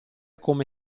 come